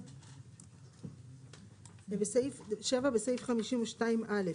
ה-13, 7 בסעיף 52 א.